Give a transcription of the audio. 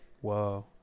whoa